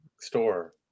store